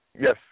Yes